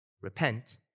repent